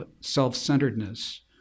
self-centeredness